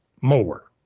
more